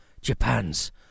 Japan's